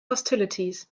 hostilities